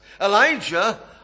Elijah